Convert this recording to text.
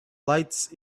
lights